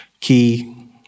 key